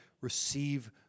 receive